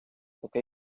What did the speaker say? таке